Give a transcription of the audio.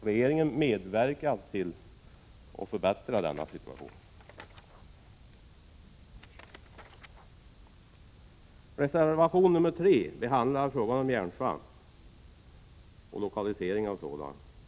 Regeringen medverkar till att förbättra denna situation. I reservation 3 behandlas frågan om järnsvampsverk och lokalisering av ett sådant.